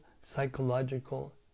psychological